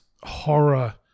horror